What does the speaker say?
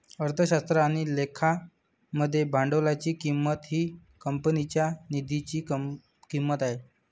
अर्थशास्त्र आणि लेखा मध्ये भांडवलाची किंमत ही कंपनीच्या निधीची किंमत आहे